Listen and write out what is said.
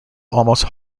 almost